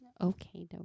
okay